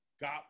got